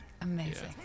Amazing